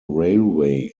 railway